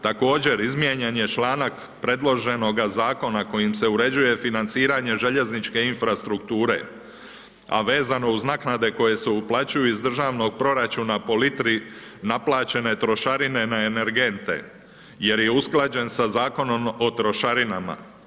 Također, izmijenjen je članak predloženoga zakona kojim se uređuje financiranje željezničke infrastrukture, a vezano uz naknade koje se uplaćuju iz državnog proračuna po litri naplaćene trošarine na energente jer je usklađen sa Zakonom o trošarinama.